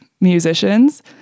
musicians